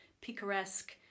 picaresque